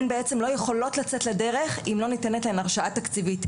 לא יכולות לצאת לדרך אם לא ניתנת להן הרשאה תקציבית.